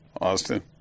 Austin